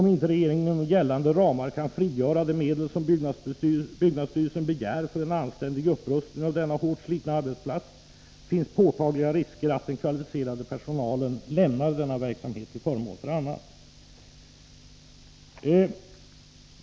Om inte regeringen inom gällande ramar kan frigöra de medel som byggnadsstyrelsen begär för en anständig upprustning av denna hårt slitna arbetsplats, finns det påtagliga risker för att den kvalificerade personalen lämnar denna verksamhet till förmån för annan.